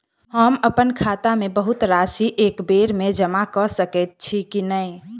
हम अप्पन खाता मे बहुत राशि एकबेर मे जमा कऽ सकैत छी की नै?